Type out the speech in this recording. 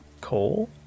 coal